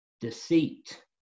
deceit